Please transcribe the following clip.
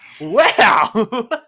Wow